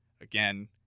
again